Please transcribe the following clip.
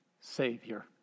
savior